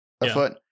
afoot